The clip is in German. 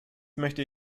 möchte